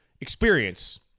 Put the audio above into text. experience